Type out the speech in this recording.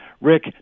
Rick